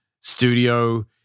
studio